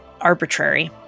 arbitrary